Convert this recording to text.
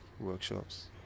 Workshops